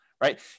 right